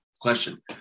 question